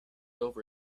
over